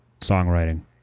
songwriting